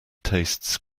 tastes